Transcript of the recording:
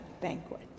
banquet